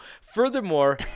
Furthermore